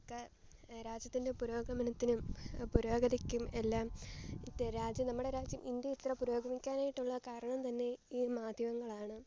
ഒക്കെ രാജ്യത്തിൻ്റെ പുരോഗമനത്തിനും പുരോഗതിക്കും എല്ലാം രാജ്യം നമ്മുടെ രാജ്യം ഇന്ത്യ ഇത്ര പുരോഗമിക്കാനായിട്ടുള്ള കാരണം തന്നെ ഈ മാധ്യമങ്ങളാണ്